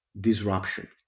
disruption